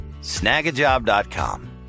Snagajob.com